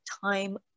time